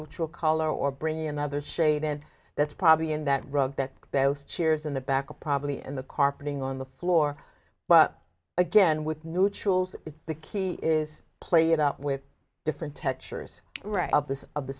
neutral color or bringing another shade and that's probably in that rug that those cheers in the back probably in the carpeting on the floor but again with neutrals is the key is played out with different textures right of this of the